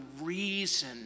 reason